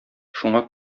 шуңа